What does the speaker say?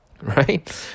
Right